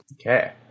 Okay